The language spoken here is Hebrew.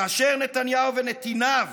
כאשר נתניהו ונתיניו